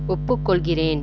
ஒப்புக்கொள்கிறேன்